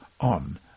on